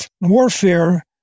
warfare